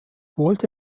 wollte